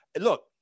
Look